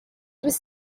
was